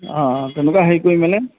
অঁ তেনেকুৱা হেৰি কৰি মানে